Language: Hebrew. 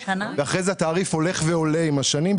ואחרי זה התעריף הולך ועולה עם השנים,